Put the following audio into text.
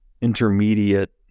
intermediate